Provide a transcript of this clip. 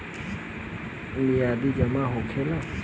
मियादी जमा का होखेला?